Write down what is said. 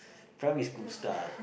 primary school star